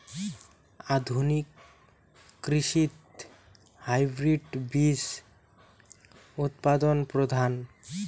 আধুনিক কৃষিত হাইব্রিড বীজ উৎপাদন প্রধান